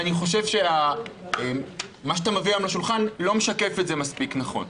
אני חושב שמה שאתה מביא לשולחן לא משקף את זה מספיק נכון.